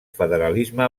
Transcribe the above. federalisme